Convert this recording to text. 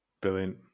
Brilliant